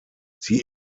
sie